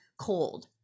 cold